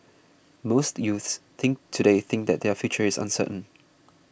most youths think today think that their future is uncertain